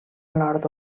nord